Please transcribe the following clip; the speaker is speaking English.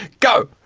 go!